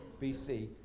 BC